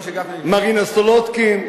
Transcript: משה גפני, ומרינה סולודקין.